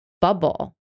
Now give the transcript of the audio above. bubble